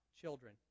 children